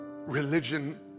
Religion